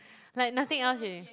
like nothing else already